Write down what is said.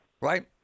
right